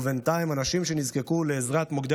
ובינתיים אנשים שנזקקו לעזרת מוקדי